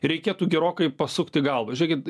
reikėtų gerokai pasukti galvą žiūrėkit